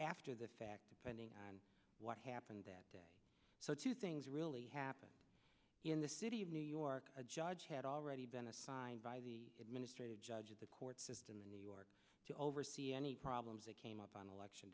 the fact finding on what happened that day so two things really happened in the city of new york a judge had already been assigned by the administrative judge of the court system in new york to oversee any problems that came up on election